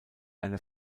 einer